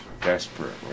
desperately